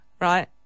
right